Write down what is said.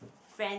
friend